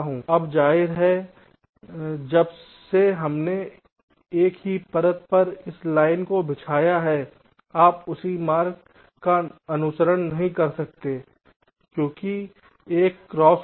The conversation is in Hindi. अब जाहिर है जब से हमने एक ही परत पर इस लाइन को बिछाया है आप उसी मार्ग का अनुसरण नहीं कर सकते हैं क्योंकि एक क्रॉस होगा